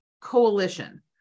coalition